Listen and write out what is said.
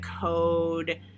code